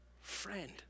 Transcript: friend